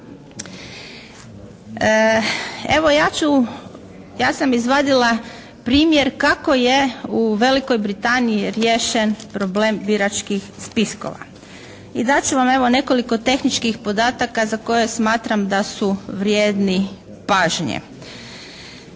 ću, ja sam izvadila primjer kako je u Velikoj Britaniji riješen problem biračkih spiskova i dati ću vam evo nekoliko tehničkih podatka za koje smatram da su vrijedni pažnje.